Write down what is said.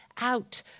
out